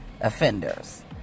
offenders